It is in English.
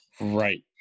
Right